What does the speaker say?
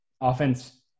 offense